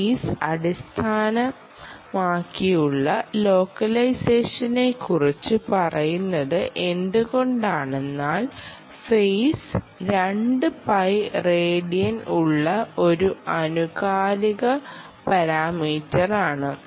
face അടിസ്ഥാനമാക്കിയുള്ള ലോക്കലൈസേഷനെക്കുറിച്ച് പറയുന്നത് എന്തുകൊണ്ടാണ്ടെന്നാൽ ഫെയ്സ് 2 pi റേഡിയൻ ഉള്ള ഒരു ആനുകാലിക പാരാമീറ്ററാണ്